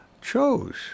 chose